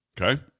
Okay